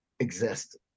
exist